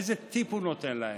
איזה טיפ הוא נותן להם?